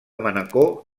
manacor